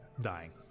dying